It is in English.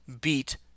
beat